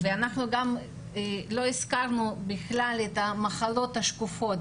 אנחנו גם לא הזכרנו בכלל את המחלות השקופות